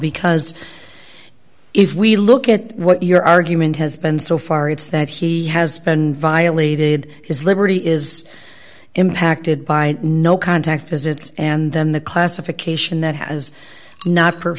because if we look at what your argument has been so far it's that he has violated his liberty is impacted by no contact visits and then the classification that has not